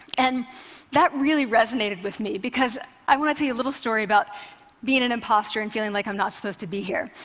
and that really resonated with me, because i want to tell you a little story about being an impostor and feeling like i'm not supposed to be here.